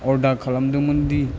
अर्दार खालामदोंमोन दि